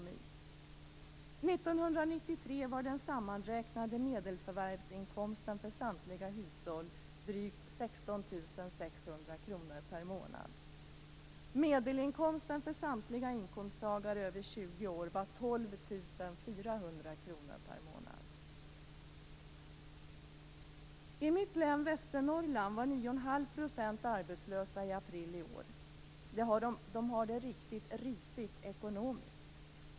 År 1993 var den sammanräknade medelförvärvsinkomsten för samtliga hushåll drygt 16 600 I mitt län, Västernorrland, var 9 1⁄2 % arbetslösa i april i år.